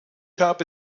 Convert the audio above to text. habe